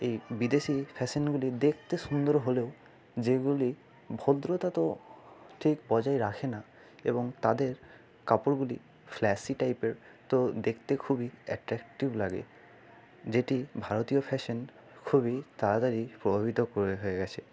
এই বিদেশি ফ্যাশানগুলি দেকতে সুন্দর হলেও যেগুলি ভদ্রতা তো ঠিক বজায় রাখে না এবং তাদের কাপড়গুলি ফ্ল্যাশি টাইপের তো দেখতে খুবই অ্যাট্রাকটিভ লাগে যেটি ভারতীয় ফ্যাশান খুবই তাড়াতাড়ি প্রভাবিত হয়ে গেছে